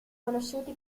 conosciuti